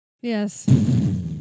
Yes